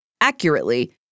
accurately